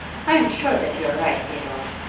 i am sure that you are right, theodore.